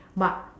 but